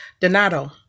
Donato